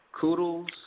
Kudos